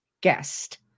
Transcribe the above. guest